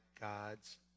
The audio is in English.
God's